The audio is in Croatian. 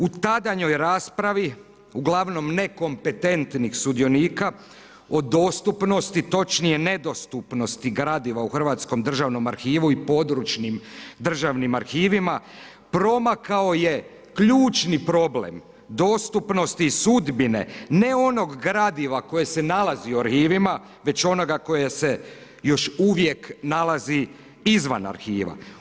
U tadanjoj raspravi, ugl. nekompetentnih sudionika o dostupnosti, točnije nedostupnosti gradiva u Hrvatskom državnom arhivu i područnim državnim arhivima, promakao je ključni problem, dostupnosti sudbine, ne onog gradiva koji se nalazi u arhivima, već onoga koji se još uvijek nalazi izvan arhiva.